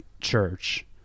church